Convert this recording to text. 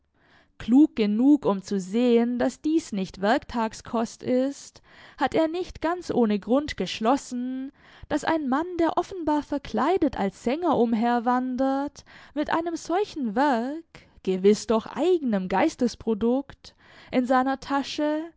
klug genug um zu sehen daß dies nicht werktagskost ist hat er nicht ganz ohne grund geschlossen daß ein mann der offenbar verkleidet als sänger umherwandert mit einem solchen werk gewiß doch eigenem geistesprodukt in seiner tasche